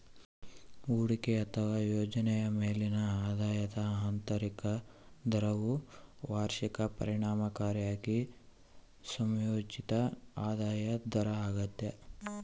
ಹೂಡಿಕೆ ಅಥವಾ ಯೋಜನೆಯ ಮೇಲಿನ ಆದಾಯದ ಆಂತರಿಕ ದರವು ವಾರ್ಷಿಕ ಪರಿಣಾಮಕಾರಿ ಸಂಯೋಜಿತ ಆದಾಯ ದರ ಆಗ್ಯದ